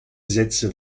sätze